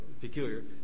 peculiar